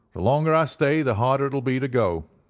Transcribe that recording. the longer i stay, the harder it will be to go.